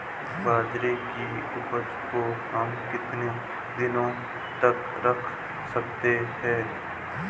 बाजरे की उपज को हम कितने दिनों तक रख सकते हैं?